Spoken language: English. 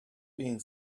being